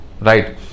Right